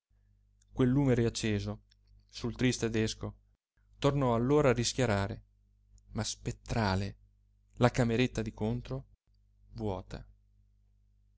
quel lume riacceso sul triste desco tornò allora a rischiarare ma spettrale la cameretta di contro vuota